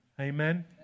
Amen